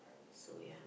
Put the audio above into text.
so ya